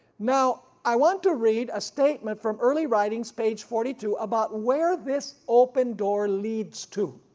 now i want to read a statement from early writings page forty two about where this open door leads to.